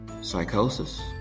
psychosis